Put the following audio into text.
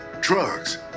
drugs